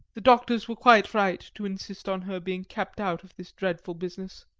the doctors were quite right to insist on her being kept out of this dreadful business.